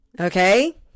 okay